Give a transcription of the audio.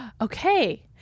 Okay